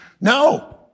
no